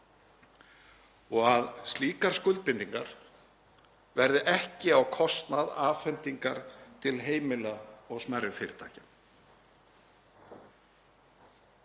og að slíkar skuldbindingar verði ekki á kostnað afhendingar til heimila og smærri fyrirtækja.